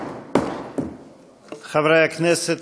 -ראש הכנסת,